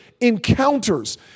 encounters